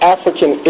African